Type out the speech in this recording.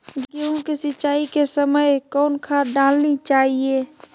गेंहू के सिंचाई के समय कौन खाद डालनी चाइये?